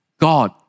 God